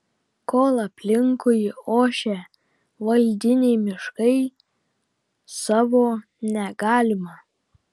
kol aplinkui ošia valdiniai miškai savo negalima